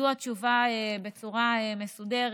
זו התשובה בצורה מסודרת.